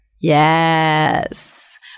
Yes